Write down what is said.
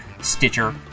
Stitcher